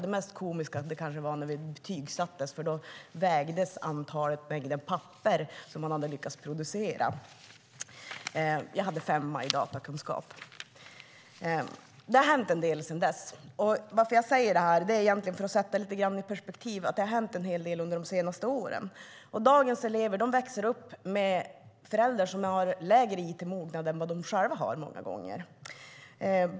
Det mest komiska var när vi betygsattes, för då vägdes mängden papper som man hade lyckats producera. Jag hade en femma i datakunskap. Det har hänt en del sedan dess. Jag säger det egentligen för att sätta frågan i perspektiv, att det har hänt en hel del under de senaste åren. Dagens elever växer upp med föräldrar som många gånger har lägre it-mognad än de själva.